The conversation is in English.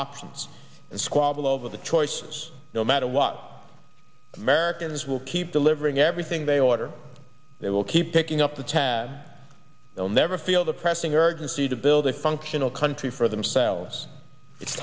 options and squabble over the choice no matter what americans will keep delivering everything they order it will keep picking up the tab they'll never feel the pressing urgency to build a functional country for themselves it's